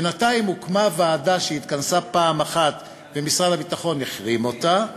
בינתיים הוקמה ועדה שהתכנסה פעם אחת ומשרד הביטחון החרים אותה,